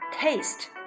taste